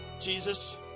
Jesus